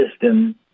system